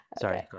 Sorry